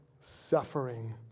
suffering